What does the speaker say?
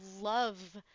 love